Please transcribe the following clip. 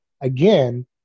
again